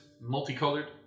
multicolored